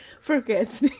forgets